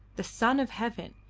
the son of heaven,